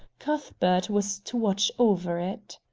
cuthbert was to watch over it.